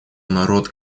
народ